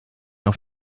auf